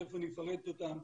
תיכף אני אפרט אותם,